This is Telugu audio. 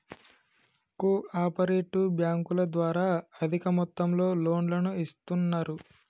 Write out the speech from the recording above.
కో ఆపరేటివ్ బ్యాంకుల ద్వారా అధిక మొత్తంలో లోన్లను ఇస్తున్నరు